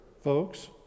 folks